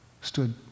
stood